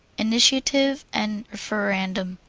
initiative and referendum.